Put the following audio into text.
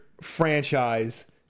franchise